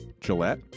Gillette